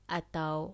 atau